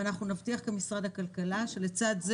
ואנחנו נבטיח כמשרד הכלכלה שלצד זה